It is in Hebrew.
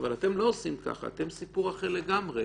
אבל אתם לא עושים ככה, אתם סיפור אחר לגמרי.